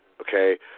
Okay